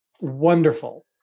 wonderful